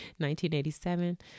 1987